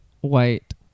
white